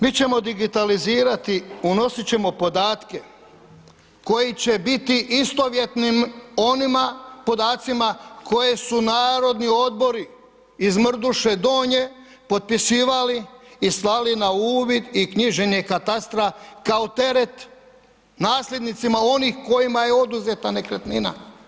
Mi ćemo digitalizirati, unosit ćemo podatke koji će biti istovjetni onima podacima koje su Narodni odbori iz Mrduše Donje potpisivali i slali na uvid i knjiženje katastra kao teret nasljednicima onih kojima je oduzeta nekretnina.